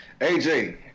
AJ